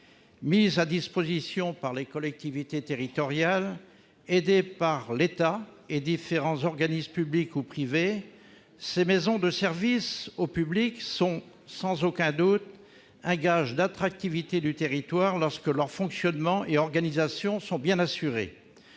Mises à disposition par les collectivités territoriales, aidées par l'État et par différents organismes publics ou privés, ces maisons de services au public sont, sans aucun doute, un gage d'attractivité du territoire lorsque leur fonctionnement et leur organisation sont bien assurés.